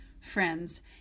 friends